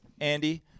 Andy